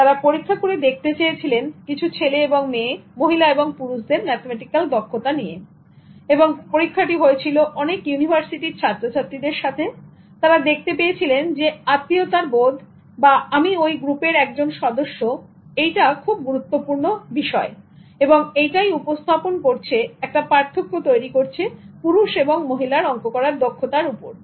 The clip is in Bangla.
তারা পরীক্ষা করে দেখতে চেয়েছিলেন কিছু ছেলে এবং মেয়ে মহিলা এবং পুরুষদের ম্যাথমেটিক্যাল দক্ষতা নিয়ে এবং এই পরীক্ষার হয়েছিল অনেক ইউনিভার্সিটির ছাত্র ছাত্রীদের সাথে তারা দেখতে পেয়েছিলন আত্মীয়তার বোধ বা আমি ওই গ্রুপের একজন সদস্য এটা খুব গুরুত্বপূর্ণ বিষয় এবং এইটাই উপস্থাপন করছে একটা পার্থক্য তৈরী করছে পুরুষ এবং মহিলার অংক করার দক্ষতার উপর